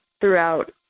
throughout